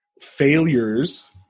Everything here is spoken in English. failures